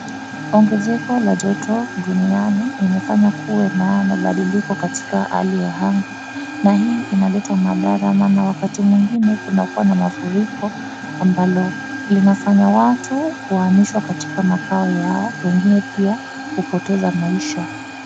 Ongezeko la joto duniani imefanya kuwe na mabadiliko katika hali ya anga. Na hii inaleta madhara maana, wakati mwingine kunakuwa na mafuriko ambalo linafanya watu wahamishwe katika makao yao. Wengine pia hupoteza maisha.